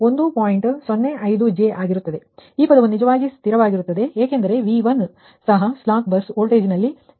ಈ ಪದವು ನಿಜವಾಗಿ ಸ್ಥಿರವಾಗಿರುತ್ತದೆ ಏಕೆಂದರೆ V1 ಸಹ ಸ್ಲಾಕ್ ಬಸ್ ವೋಲ್ಟೇಜ್ ನಲ್ಲಿ ಬದಲಾಗುವುದಿಲ್ಲ